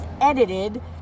edited